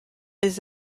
les